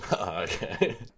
Okay